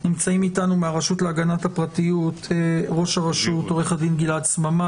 מהרשות להגנת הפרטיות ראש הרשות עו"ד גלעד סממה,